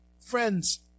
Friends